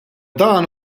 dan